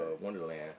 Wonderland